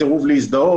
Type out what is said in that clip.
כמו בסירוב להזדהות,